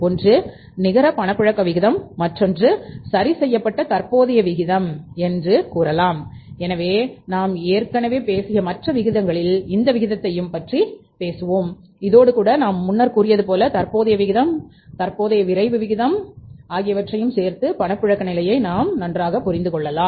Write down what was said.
ஒன்று நிகர பணப்புழக்க விகிதம் மற்றொன்று சரிசெய்யப்பட்ட தற்போதைய விகிதம் என்று கூறலாம் எனவே நாம் ஏற்கனவே பேசிய மற்ற விகிதங்களில் இந்த விகிதங்கள் பற்றி பேசியுள்ளோம் இதோடு கூட நாம் முன்னர் கூறியது போல தற்போதைய விகிதம் விரைவு விகிதம் சூப்பர் விரைவு விகிதம் ஆகியவற்றையும் வைத்து பணப்புழக்க நிலையை நாம் நன்றாக புரிந்து கொள்ளலாம்